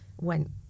went